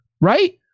right